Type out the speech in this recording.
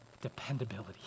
dependability